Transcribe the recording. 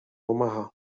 omaha